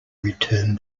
return